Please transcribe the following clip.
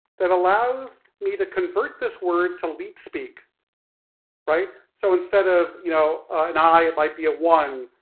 that allows me to convert this word to leet-speak right? so instead of, you know, an i it might be a one,